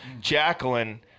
Jacqueline